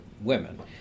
women